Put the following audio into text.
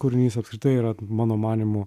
kūrinys apskritai yra mano manymu